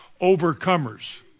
overcomers